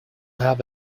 have